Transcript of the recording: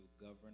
govern